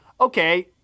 okay